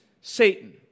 Satan